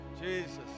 Jesus